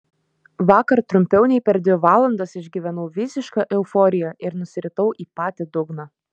vakar trumpiau nei per dvi valandas išgyvenau visišką euforiją ir nusiritau į patį dugną